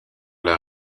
leur